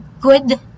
good